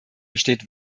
besteht